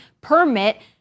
permit